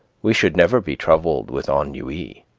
we should never be troubled with um ennui.